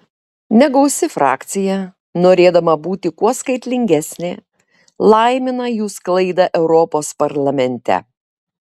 negausi frakcija norėdama būti kuo skaitlingesnė laimina jų sklaidą europos parlamente